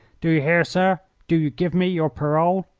do you hear, sir? do you give me your parole?